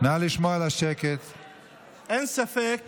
אין ספק